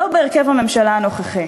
לא בהרכב הממשלה הנוכחי.